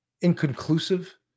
inconclusive